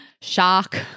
shock